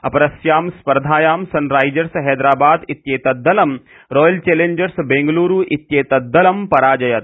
अपरस्यां स्पर्धायां सनराइजर्स हैदराबाद इत्येतत् दलं रॉयल चैलन्जर्स इत्येतत् दलं पराजयत्